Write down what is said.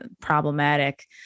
problematic